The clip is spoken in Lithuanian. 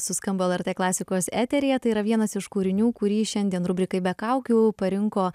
suskambo lrt klasikos eteryje tai yra vienas iš kūrinių kurį šiandien rubrikai be kaukių parinko